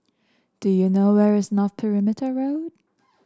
do you know where is North Perimeter Road